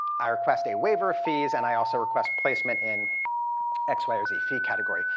i request a waiver of fees and i also request placement in x, y, or z fee category.